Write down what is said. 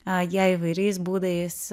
a jie įvairiais būdais